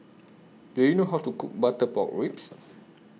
Do YOU know How to Cook Butter Pork Ribs